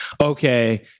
Okay